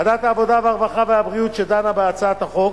ועדת העבודה, הרווחה והבריאות שדנה בהצעת החוק